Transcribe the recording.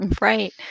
Right